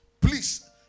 Please